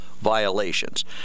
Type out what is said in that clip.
violations